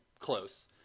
close